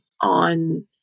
on